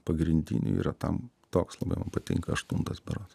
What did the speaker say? pagrindinių yra tam toks labai man patinka aštuntas berods